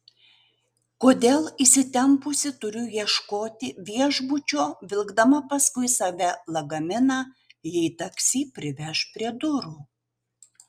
kodėl įsitempusi turiu ieškoti viešbučio vilkdama paskui save lagaminą jei taksi priveš prie durų